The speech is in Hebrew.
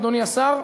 אדוני השר,